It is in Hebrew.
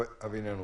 הבינונו.